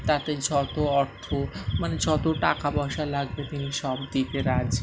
তাতে যত অর্থ মানে যত টাকা পয়সা লাগবে তিনি সব দিতে রাজি